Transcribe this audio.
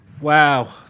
Wow